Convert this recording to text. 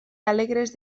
alegres